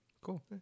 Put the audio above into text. Cool